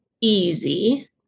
easy